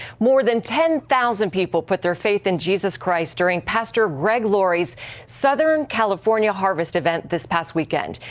more than ten thousand people put their faith in jesus christ during pastor greg laurie's southern california harvest event this past weekend.